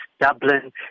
Dublin